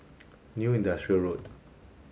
New Industrial Road